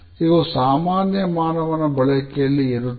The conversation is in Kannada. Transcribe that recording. ಇವು ಸಾಮಾನ್ಯ ಮಾನವನ ಬಳಕೆಯಲ್ಲಿ ಇರುತ್ತದೆ